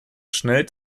schnell